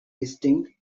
distinct